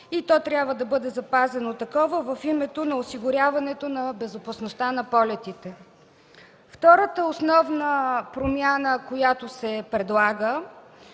и то трябва да бъде запазено такова в името на осигуряването на безопасността на полетите. Втората основна промяна, която се предлага